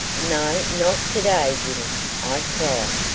no, not to-day, jimmy, i cried.